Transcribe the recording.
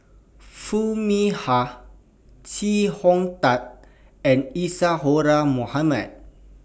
Foo Mee Har Chee Hong Tat and Isadhora Mohamed